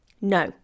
No